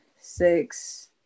six